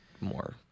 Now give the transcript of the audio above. more